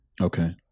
Okay